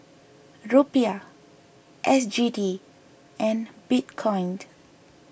Rupiah S G D and Bitcoin